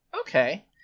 Okay